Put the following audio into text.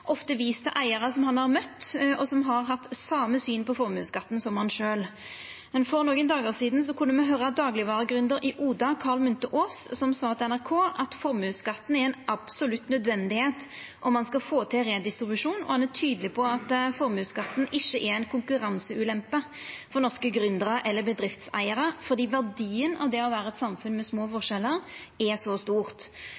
møtt, og som har hatt det same synet på formuesskatten som han sjølv. Men for nokre dagar sidan kunne me høyra daglegvaregründer Karl Munthe-Kaas i Oda seia til NRK at formuesskatten er absolutt nødvendig om ein skal få til redistribusjon, og han var tydeleg på at formuesskatten ikkje er ei konkurranseulempe for norske gründerar eller bedriftseigarar, fordi verdien av å vera eit samfunn med små